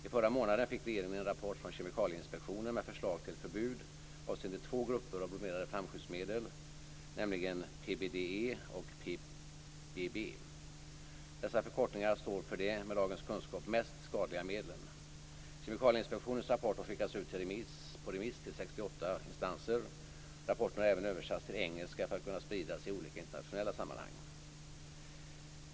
I förra månaden fick regeringen en rapport från Kemikalieinspektionen med förslag till förbud avseende två grupper av bromerade flamskyddsmedel, nämligen PBDE och PBB. Dessa förkortningar står för de, med dagens kunskap, mest skadliga medlen. Kemikalieinspektionens rapport har skickats ut på remiss till 68 instanser. Rapporten har även översatts till engelska för att kunna spridas i olika internationella sammanhang.